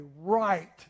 right